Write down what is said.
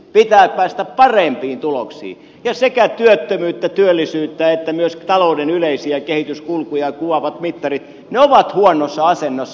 pitää päästä parempiin tuloksiin ja sekä työttömyyttä työllisyyttä että myös talouden yleisiä kehityskulkuja kuvaavat mittarit ovat huonossa asennossa